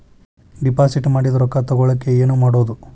Deposit ಮಾಡಿದ ರೊಕ್ಕ ತಗೋಳಕ್ಕೆ ಏನು ಮಾಡೋದು?